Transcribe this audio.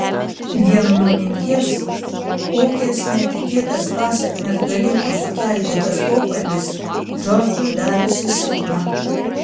vien nuo minties kokias netikėtas pasekmes galėtų sukelti tas pokalbis džordžui darėsi silpna